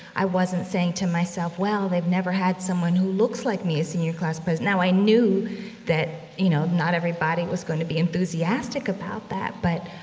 i wasn't saying to myself, well, they've never had someone who looks like me as senior class but president. now, i knew that, you know, not everybody was going to be enthusiastic about that, but,